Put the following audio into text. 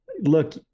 look